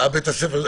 בית הספר.